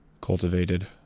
cultivated